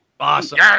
Awesome